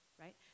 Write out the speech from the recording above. right